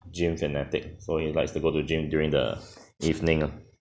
gym fanatic so he likes to go to the gym during the evening ah